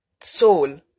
soul